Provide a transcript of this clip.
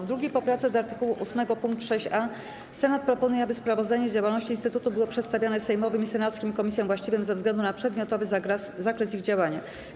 W 2. poprawce do art. 8 pkt 6a Senat proponuje, aby sprawozdanie z działalności instytutu było przedstawiane sejmowym i senackim komisjom właściwym ze względu na przedmiotowy zakres ich działania.